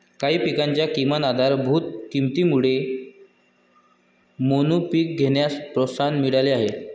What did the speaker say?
काही पिकांच्या किमान आधारभूत किमतीमुळे मोनोपीक घेण्यास प्रोत्साहन मिळाले आहे